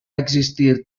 existir